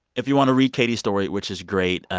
if you want to read katie's story, which is great,